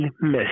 miss